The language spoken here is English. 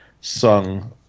sung